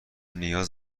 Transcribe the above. نیاز